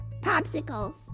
Popsicles